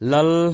Lal